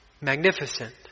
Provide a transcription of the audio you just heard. magnificent